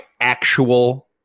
actual